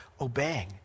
obeying